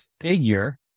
figure